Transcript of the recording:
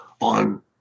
on